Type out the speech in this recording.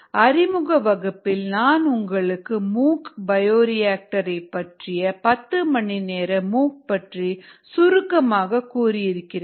அறிமுக வகுப்பில் நான் உங்களுக்கு மூக் பயோரியாக்டர் ஐ பற்றிய 10 மணிநேர மூக் பற்றி சுருக்கமாக கூறியிருக்கிறேன்